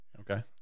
Okay